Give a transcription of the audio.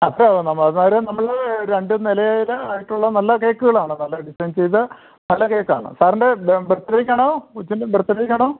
അപ്പം അന്നേരം നമ്മൾ രണ്ട് നിലയിൽ ആയിട്ടുള്ള നല്ല കേക്കുകളാണ് നല്ല ഡിസൈൻ ചെയ്തു നല്ല കേക്കാണ് സാറിൻ്റെ ബർത്ത്ഡേയ്ക്ക് ആണോ കൊച്ചിൻ്റെ ബർത്ത്ഡേയ്ക്ക് ആണോ